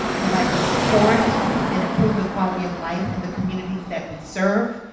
we like to support and improve the quality of life in the communities that we serve,